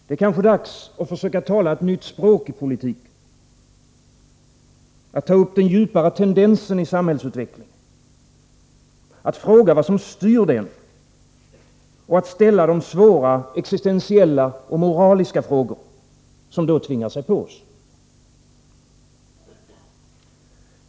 Det är kanske dags att försöka tala ett nytt språk i politiken, att ta upp den djupare tendensen i samhällsutvecklingen, att fråga vad som styr den och att ställa de svåra existentiella och moraliska frågor som då tvingar sig på oss.